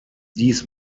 dies